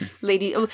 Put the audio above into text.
lady